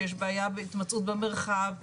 שיש בעיה בהתמצאות במרחב.